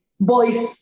boys